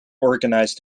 organised